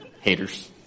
Haters